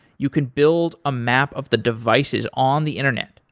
you can build a map of the devices on the internet,